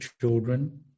children